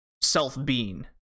self-being